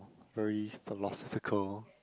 very philosophical